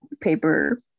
paper